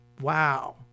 Wow